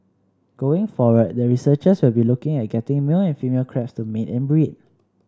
going forward the researchers will be looking at getting male and female crabs to mate and breed